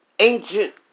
ancient